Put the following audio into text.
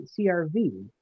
CRV